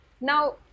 Now